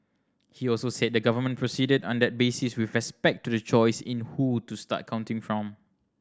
he also said the government proceeded on that basis with respect to the choice in who to start counting from